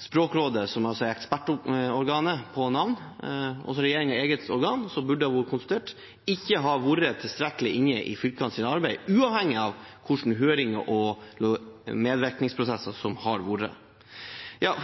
Språkrådet, som er ekspertorganet på navn, og som er regjeringens eget organ, og som burde ha vært konsultert, ikke har vært tilstrekkelig inne i fylkenes arbeid, uavhengig av hva slags hørings- og medvirkningsprosesser som har vært.